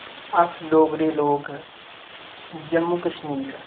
अस डोगरे लोक जम्मू कश्मीर